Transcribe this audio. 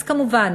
אז כמובן